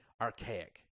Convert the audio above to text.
archaic